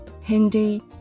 Hindi